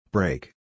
Break